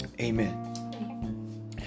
Amen